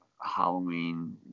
Halloween